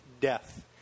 death